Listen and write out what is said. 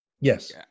Yes